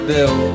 Bill